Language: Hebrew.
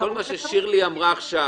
כל מה ששירלי אמרה עכשיו,